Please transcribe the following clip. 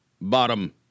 Bottom